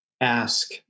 ask